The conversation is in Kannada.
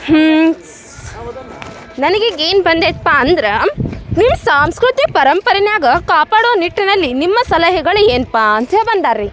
ಹ್ಞೂ ಸ್ ನನಗೆ ಈಗ ಏನು ಬಂದೈತೆ ಪಾ ಅಂದ್ರೆ ನಿಮ್ಮ ಸಾಂಸ್ಕೃತಿಕ ಪರಂಪರೆನಾಗ ಕಾಪಾಡೋ ನಿಟ್ಟಿನಲ್ಲಿ ನಿಮ್ಮ ಸಲಹೆಗಳು ಏನಪ್ಪ ಅಂತ ಹೇಳಿ ಬಂದಾರೆ ರೀ